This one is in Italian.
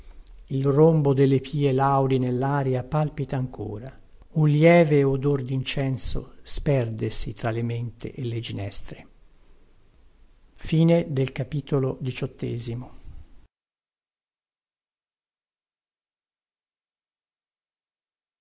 il rombo delle pie laudi nellaria palpita ancora un lieve odor dincenso sperdesi tra le mente e le ginestre la